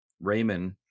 Raymond